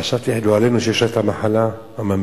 חשבתי, לא עלינו, שיש לה את המחלה הממארת.